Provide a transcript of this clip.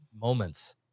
moments